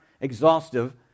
exhaustive